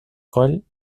coll